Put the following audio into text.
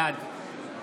בעד